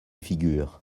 figures